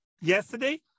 yesterday